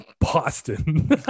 Boston